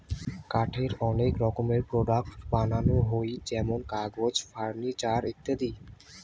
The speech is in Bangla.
কাঠের অনেক রকমের প্রোডাক্টস বানানো হই যেমন কাগজ, ফার্নিচার ইত্যাদি